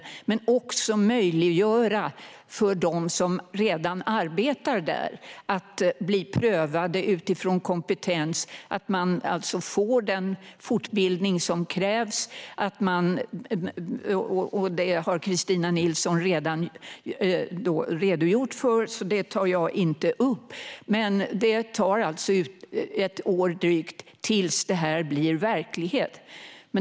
Det måste också möjliggöras för dem som redan arbetar där att bli prövade utifrån kompetens och få den fortbildning som krävs. Detta har Kristina Nilsson redan redogjort för, så jag tar inte upp det. Det tar alltså drygt ett år tills detta blir verklighet.